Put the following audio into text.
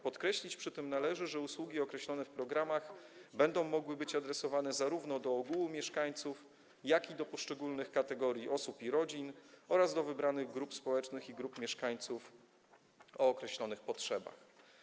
Podkreślić przy tym należy, że usługi określone w programach będą mogły być adresowane zarówno do ogółu mieszkańców, jak i do poszczególnych kategorii osób i rodzin oraz do wybranych grup społecznych i grup mieszkańców o określonych potrzebach.